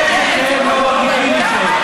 איך זה שהם לא מרגישים את זה?